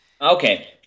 Okay